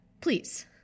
Please